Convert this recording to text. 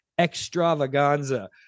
extravaganza